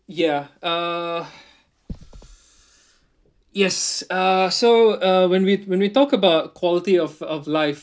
ya uh yes uh so uh when we when we talk about quality of of life